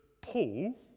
Paul